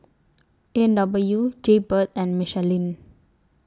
A and W Jaybird and Michelin